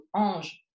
ange